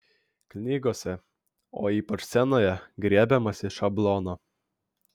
knygose o ypač scenoje griebiamasi šablono